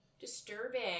disturbing